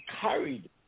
carried